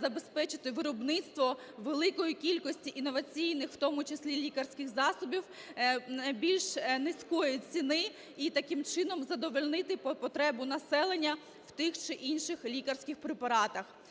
забезпечити виробництво великої кількості інноваційних, в тому числі лікарських засобів більш низької ціни, і таким чином задовольнити потребу населення в тих чи інших лікарських препаратах.